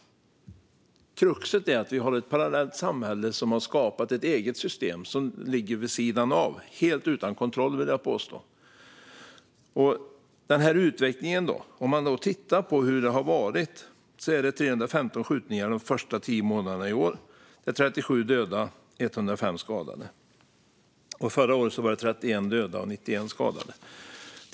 Kruxet är att vi har ett parallellt samhälle som har skapat ett eget system som ligger vid sidan av - helt utan kontroll, vill jag påstå. Låt oss titta på den utveckling som har varit. De första tio månaderna i år var det 315 skjutningar med 37 döda och 105 skadade. Förra året var det 31 döda och 91 skadade.